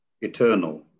eternal